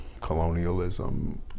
colonialism